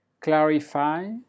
clarify